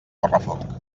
correfoc